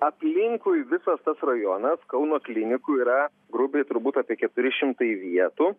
aplinkui visas tas rajonas kauno klinikų yra grubiai turbūt apie keturi šimtai vietų